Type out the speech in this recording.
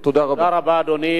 תודה רבה, אדוני.